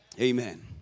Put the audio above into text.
Amen